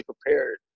prepared